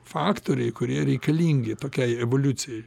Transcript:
faktoriai kurie reikalingi tokiai evoliucijai